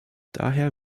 daher